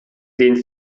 den